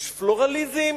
יש פלורליזם.